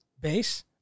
base